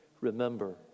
remember